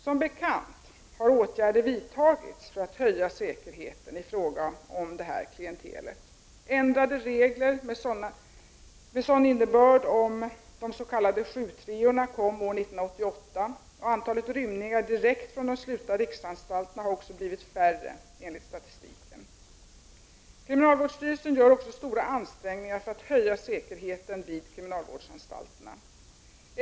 Som bekant har åtgärder vidtagits för att höja säkerheten i fråga om det här klientelet. Ändrade regler med sådan innebörd om de s.k. 7:3-orna kom år 1988. Antalet rymningar direkt från de slutna riksanstalterna har också enligt statistiken blivit färre. Kriminalvårdsstyrelsen gör också stora ansträngningar för att höja säkerheten vid kriminalvårdsanstalterna.